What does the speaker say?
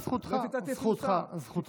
זכותך, זכותך, זכותך.